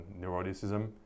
neuroticism